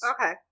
okay